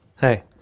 Hey